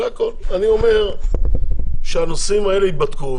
אני אומר שהנושאים האלה ייבדקו,